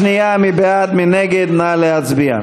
1 נתקבל.